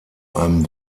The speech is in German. einem